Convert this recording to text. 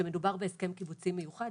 כשמדובר בהסכם קיבוצי מיוחד,